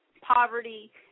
poverty